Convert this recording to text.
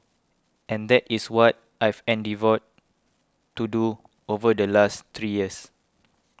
and that is what I've endeavoured to do over the last three years